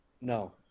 No